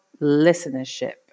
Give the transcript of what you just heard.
listenership